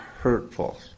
hurtful